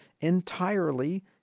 entirely